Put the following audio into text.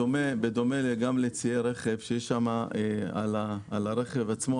בדומה לצי רכב כאשר יש על הרכב עצמו,